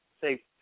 say